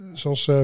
zoals